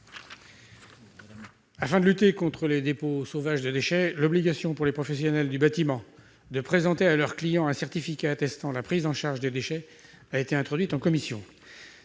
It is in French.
Afin de lutter contre les dépôts sauvages de déchets, l'obligation pour les professionnels du bâtiment de présenter à leurs clients un certificat attestant de la prise en charge des déchets a été introduite en commission.